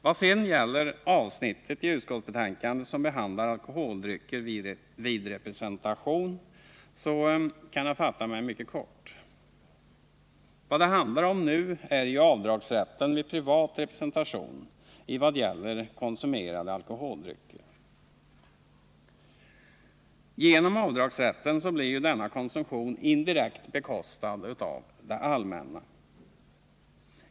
Vad sedan gäller det sista avsnittet i utskottsbetänkandet, som behandlar alkoholdrycker vid representation, så kan jag fatta mig mycket kort. Vad som behandlas nu är ju avdragsrätten vid privat representation såvitt gäller konsumerade alkoholdrycker. Genom avdragsrätten blir denna konsumtion indirekt bekostad av det allmänna.